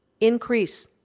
increase